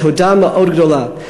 תודה מאוד גדולה.